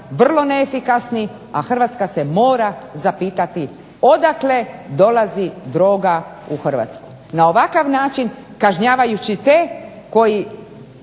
vrlo neefikasni, a Hrvatska se mora zapitati odakle dolazi droga u Hrvatsku. Na ovakav način, kažnjavajući te koji